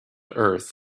earth